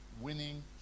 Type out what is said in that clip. winning